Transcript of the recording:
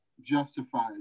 justifies